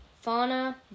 Fauna